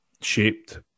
shaped